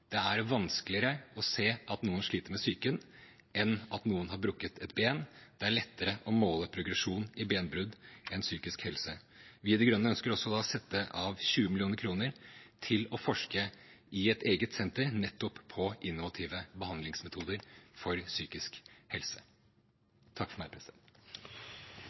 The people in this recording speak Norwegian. det er vanskeligere å se at noen sliter med psyken enn at noen har brukket et ben. Det er lettere å måle progresjon i benbrudd enn i psykisk helse. Vi i De Grønne ønsker også å sette av 20 mill. kr til å forske i et eget senter på nettopp innovative behandlingsmetoder når det gjelder psykisk helse. Målet for